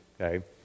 okay